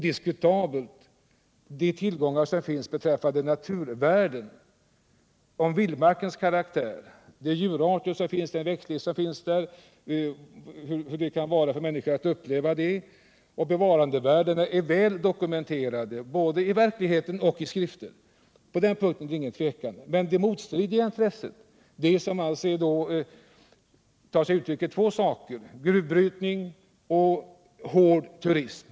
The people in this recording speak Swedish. De tillgångar som finns i form av naturvärden är nämligen odiskutabla. Vi vet hur människor upplever vildmarkens karaktär och de djurarter och den växtlighet som finns där. Bevarandevärdena är väl dokumenterade såväl i verkligheten som i skrifter. På den punkten råder inga tvivel. Men så har vi det motstridiga intresset. Det tar sig uttryck i två saker: gruvbrytning och hård turism.